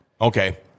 Okay